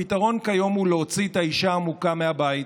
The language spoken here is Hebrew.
הפתרון כיום הוא להוציא את האישה המוכה מהבית,